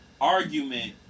argument